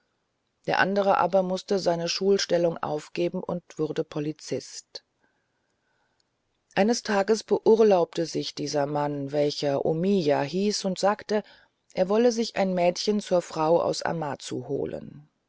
der andere aber mußte seine schulstellung aufgeben und wurde polizist eines tages beurlaubte sich dieser mann welcher omiya hieß und sagte er wolle sich ein mädchen zur frau aus amazu holen